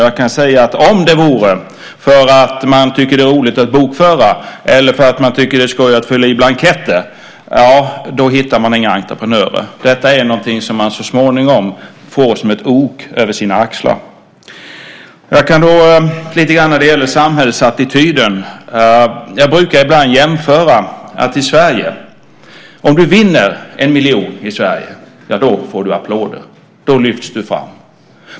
Jag kan säga att om man letar efter folk som tycker att det är roligt att bokföra eller som tycker att det är skoj att fylla i blanketter - ja, då hittar man inga entreprenörer. Detta är någonting som man så småningom får som ett ok över sina axlar. Jag kan säga något om samhällsattityden. Jag brukar ibland göra en jämförelse: Om du vinner 1 miljon i Sverige, ja, då får du applåder. Då lyfts du fram.